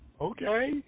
Okay